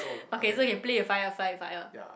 okay you can play with fire fly fire